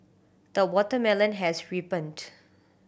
the watermelon has ripened